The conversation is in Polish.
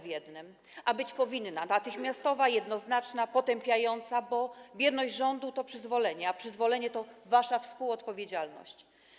A reakcja powinna być natychmiastowa, jednoznaczna, potępiająca, bo bierność rządu to przyzwolenie, a przyzwolenie to wasza współodpowiedzialność.